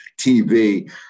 TV